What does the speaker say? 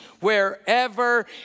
wherever